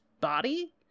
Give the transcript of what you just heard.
body